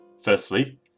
Firstly